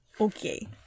Okay